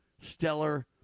stellar